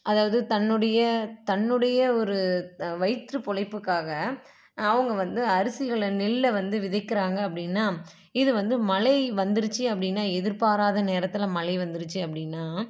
அதாவது தன்னுடைய தன்னுடைய ஒரு வயிற்று பொழைப்புக்காக அவங்க வந்து அரிசிகளை நெல்லை வந்து விதைக்கிறாங்க அப்படின்னா இது வந்து மழை வந்துருச்சு அப்படின்னா எதிர்பாராத நேரத்தில் மழை வந்துருச்சு அப்படின்னா